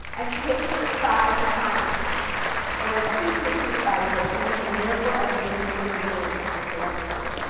as taking the side of scientists or assuming the truth value of their claims, and therefore as being illegitimate intellectually.